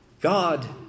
God